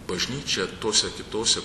bažnyčia tose kitose